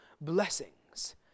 blessings